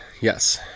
yes